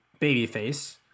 Babyface